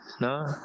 no